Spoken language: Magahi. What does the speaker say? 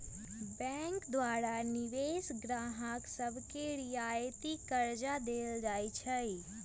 बैंक द्वारा विशेष गाहक सभके रियायती करजा देल जाइ छइ